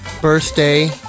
birthday